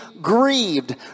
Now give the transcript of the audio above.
grieved